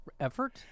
effort